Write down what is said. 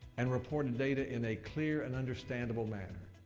and reported data in a clear and understandable manner.